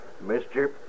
Mister